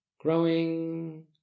Growing